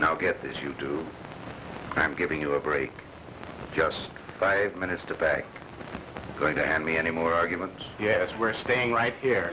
now get this you do i'm giving you a break yes five minutes to back going to hand me any more argument yes we're staying right here